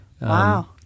Wow